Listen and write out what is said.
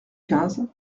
quinze